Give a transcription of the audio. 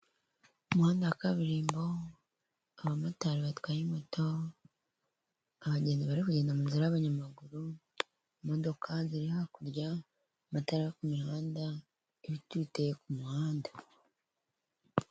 Muhanda wa kaburimbo abamotari batwaye imoto abagenzi bari kugenda munzira y'abanyamaguru, imodoka ziri hakurya amatara yo kumihanda ibiti biteye ku muhanda.